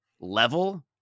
level